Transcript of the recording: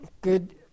Good